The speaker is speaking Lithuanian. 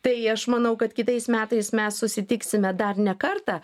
tai aš manau kad kitais metais mes susitiksime dar ne kartą